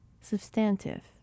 substantive